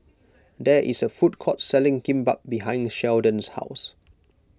there is a food court selling Kimbap behind the Sheldon's house